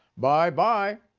bye-bye.